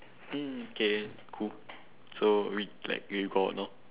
hmm okay cool so we like we got you know